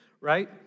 right